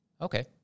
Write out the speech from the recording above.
Okay